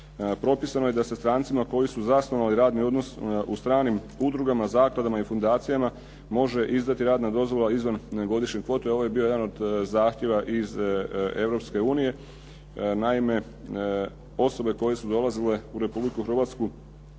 Propisano je da se strancima koji su zasnovali radni odnos u stranim udrugama, zakladama i fundacijama može izdati radna dozvola izvan godišnje kvote. Ovo je bio jedan od zahtjeva iz Europske unije. Naime, osobe koje su dolazile u Republiku Hrvatsku